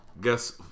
guess